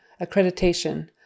Accreditation